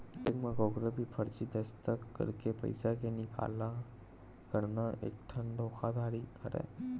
cheque म कखरो भी फरजी दस्कत करके पइसा के निकाला करना एकठन धोखाघड़ी हरय